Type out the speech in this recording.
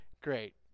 great